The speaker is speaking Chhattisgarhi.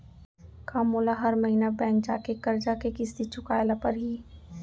का मोला हर महीना बैंक जाके करजा के किस्ती चुकाए ल परहि?